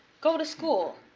go to school,